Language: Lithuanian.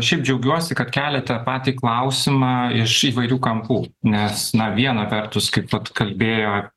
šiaip džiaugiuosi kad keliat tą patį klausimą iš įvairių kampų nes na viena vertus kaip vat kalbėjo